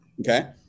Okay